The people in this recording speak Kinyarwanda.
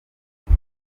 ngo